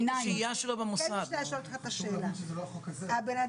אדם נמצא במוסד, מה הוא